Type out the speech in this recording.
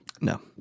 No